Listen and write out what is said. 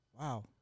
Wow